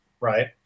right